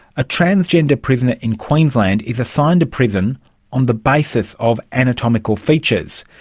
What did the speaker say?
a transgender prisoner in queensland is assigned a prison on the basis of anatomical features.